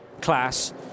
class